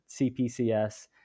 CPCS